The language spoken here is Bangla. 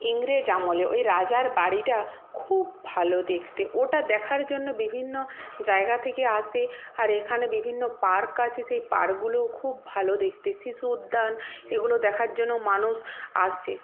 ইংরেজ আমলে ওই রাজার বাড়িটা খুব ভালো দেখতে ওটা দেখার জন্য বিভিন্ন জায়গা থেকে আসে আর এখানে বিভিন্ন পার্ক আছে সেই পার্কগুলোও খুব ভালো দেখতে শিশু উদ্যান এগুলো দেখার জন্য মানুষ আসে